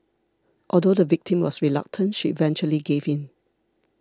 although the victim was reluctant she eventually gave in